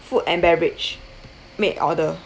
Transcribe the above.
food and beverage make order